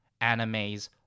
animes